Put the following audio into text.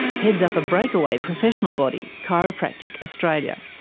heads up a breakaway professional body, chiropractic australia.